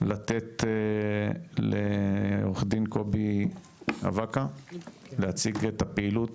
לתת לעו"ד קובי אווקה להציג את הפעילות